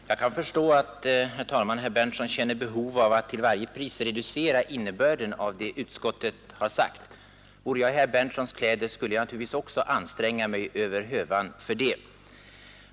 Herr talman! Jag kan förstå att herr Berndtson i Linköping känner behov av att till varje pris reducera innebörden av vad utskottet har sagt. Om jag vore i herr Berndtsons kläder skulle jag också frestas anstränga mig över hövan för att göra det.